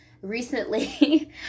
recently